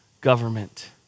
government